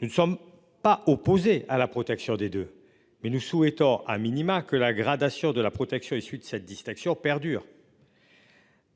Nous ne sommes pas opposés à la protection des deux, mais nous souhaitons a minima que la gradation de la protection issu de cette distinction perdure.